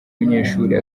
umunyeshuri